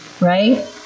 Right